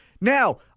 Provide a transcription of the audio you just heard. Now